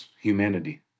humanity